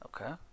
Okay